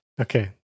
Okay